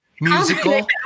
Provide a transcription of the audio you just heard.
Musical